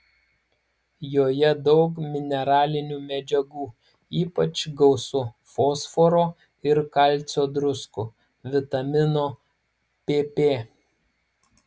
joje daug mineralinių medžiagų ypač gausu fosforo ir kalcio druskų vitamino pp